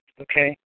okay